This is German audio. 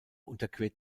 unterquert